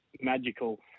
magical